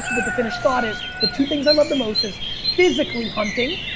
but the finish thought is the two things i love the most is physically hunting,